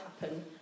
happen